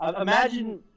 imagine